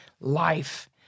life